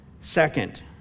Second